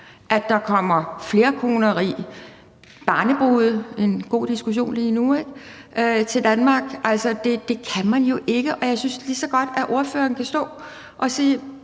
at der kommer flerkoneri og barnebrude – en god diskussion lige nu – til Danmark? Altså, det kan man jo ikke, og jeg synes lige så godt, at ordføreren kan stå og sige: